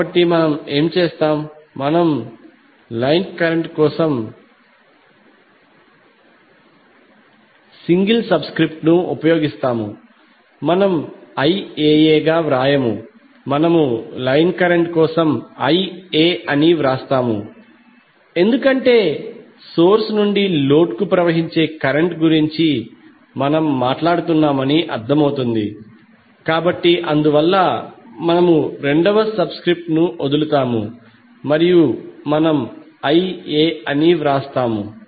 కాబట్టి మనం ఏమి చేస్తాం మనం లైన్ కరెంట్ కోసం సింగిల్ సబ్స్క్రిప్ట్ను ఉపయోగిస్తాము మనం Iaa గా వ్రాయము మనము లైన్ కరెంట్ కోసం Ia అని వ్రాస్తాము ఎందుకంటే సోర్స్ నుండి లోడ్ కు ప్రవహించే కరెంట్ గురించి మనం మాట్లాడుతున్నామని అర్ధమవుతుంది కాబట్టి అందువల్ల మనము రెండవ సబ్స్క్రిప్ట్ ను వదులుతాము మరియు మనం Ia అని వ్రాస్తాము